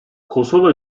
kosova